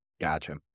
Gotcha